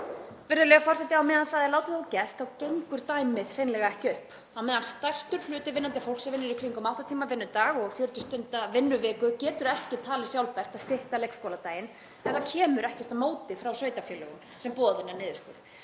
Virðulegur forseti. Á meðan það er látið ógert þá gengur dæmið hreinlega ekki upp. Á meðan stærstur hluti vinnandi fólks vinnur í kringum átta tíma vinnudag, 40 stunda vinnuviku, getur ekki talist sjálfbært að stytta leikskóladaginn ef það kemur ekkert á móti frá sveitarfélögunum sem boða þennan niðurskurð.